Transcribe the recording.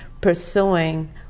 pursuing